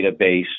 database